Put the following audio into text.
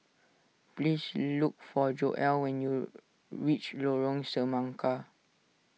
please look for Joel when you reach Lorong Semangka